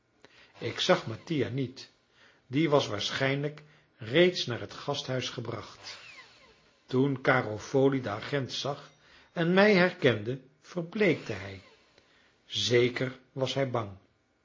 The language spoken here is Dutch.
ik zag mattia niet die was waarschijnlijk reeds naar het gasthuis gebracht toen garofoli den agent zag en mij herkende verbleekte hij zeker was hij bang